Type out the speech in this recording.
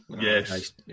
Yes